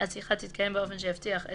השיחה תתקיים באופן שיבטיח את